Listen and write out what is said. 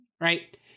Right